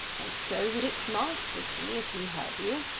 and so would its master be if he heard you,